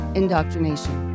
indoctrination